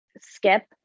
skip